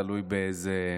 תלוי איזו